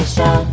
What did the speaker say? Show